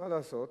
מה לעשות?